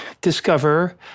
discover